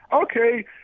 okay